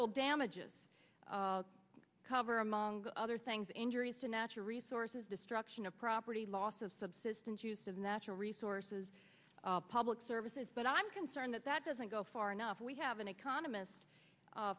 ble damages cover among other things injuries to natural resources destruction of property loss of subsistence use of natural resources public services but i'm concerned that that doesn't go far enough we have an economist